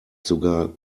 sogar